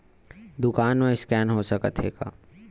दुकान मा स्कैन हो सकत हे का?